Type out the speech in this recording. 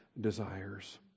desires